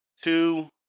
two